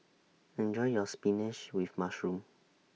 Enjoy your Spinach with Mushroom